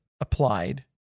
applied